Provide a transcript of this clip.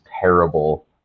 terrible